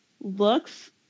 looks